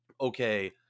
okay